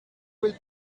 will